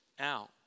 out